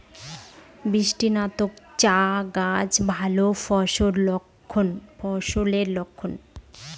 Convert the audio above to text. বৃষ্টিস্নাত চা গাছ ভালো ফলনের লক্ষন